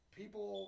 people